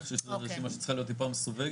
אני חושב שהיא צריכה להיות טיפה מסווגת,